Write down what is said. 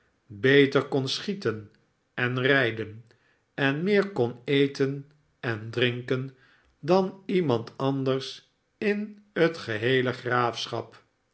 beter kon schieten en rijden en meer kon eten en drinken dan iemand anders in het geheele graafschap